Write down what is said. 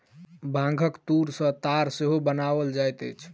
बांगक तूर सॅ ताग सेहो बनाओल जाइत अछि